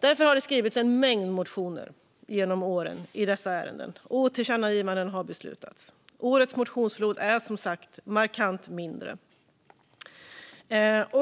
Därför har det skrivits en mängd motioner genom åren i dessa ärenden, och tillkännagivanden har beslutats. Årets motionsflod är som sagt markant mindre.